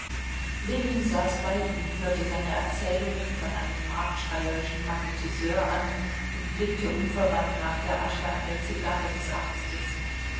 ljewin saß bei ihm hörte seine erzählungen von einem marktschreierischen magnetiseur an und blickte unverwandt nach der asche an der zigarre des arztes